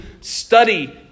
study